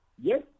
Yes